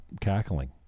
cackling